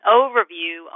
overview